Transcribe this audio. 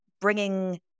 bringing